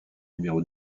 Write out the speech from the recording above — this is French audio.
numéro